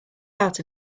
out